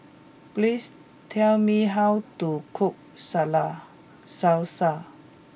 please tell me how to cook Salad Salsa